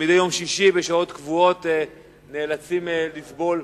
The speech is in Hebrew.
שמדי יום שישי בשעות קבועות הם נאלצים לסבול.